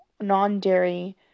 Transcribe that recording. non-dairy